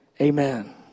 Amen